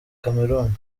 cameroun